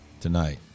tonight